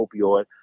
opioid